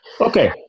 Okay